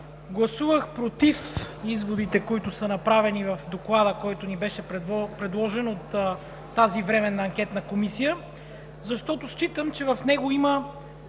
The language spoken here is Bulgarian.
Гласувах против изводите, които са направени в Доклада, който ни беше предложен от тази Временна анкетна комисия, защото считам, че в него има…